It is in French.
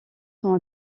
sont